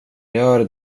gör